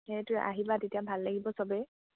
সেইটোৱে আহিবা তেতিয়া ভাল লাগিব চবেই